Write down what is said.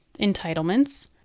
entitlements